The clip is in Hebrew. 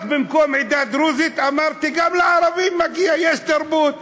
רק במקום "עדה דרוזית" אמרתי שגם לערבים מגיע ויש תרבות,